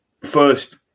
first